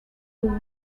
lub